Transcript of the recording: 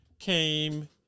came